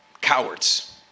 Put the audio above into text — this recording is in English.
Cowards